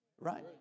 Right